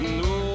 no